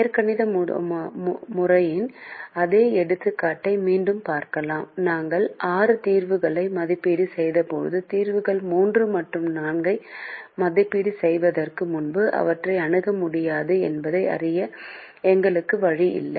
இயற்கணித முறையின் அதே எடுத்துக்காட்டை மீண்டும் பார்க்கலாம் நாங்கள் ஆறு தீர்வுகளை மதிப்பீடு செய்தபோது தீர்வுகள் 3 மற்றும் 4 ஐ மதிப்பீடு செய்வதற்கு முன்பு அவற்றை அணுகமுடியாது என்பதை அறிய எங்களுக்கு வழி இல்லை